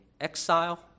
exile